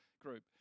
group